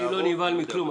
אני לא נבהל מכלום.